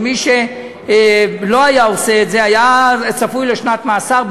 שמי שלא היה עושה את זה היה צפוי לשנת מאסר.